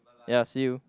ya see you